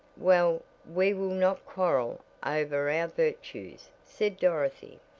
well, we will not quarrel over our virtues, said dorothy,